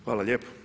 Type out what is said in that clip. Hvala lijepo.